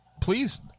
Please